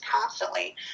constantly